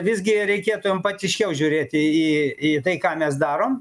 visgi reikėtų empatiškiau žiūrėti į į tai ką mes darom